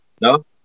No